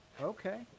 okay